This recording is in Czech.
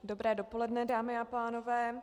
Dobré dopoledne, dámy a pánové.